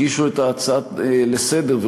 הגישו את ההצעות לסדר-היום,